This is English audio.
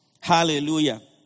Hallelujah